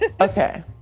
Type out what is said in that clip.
okay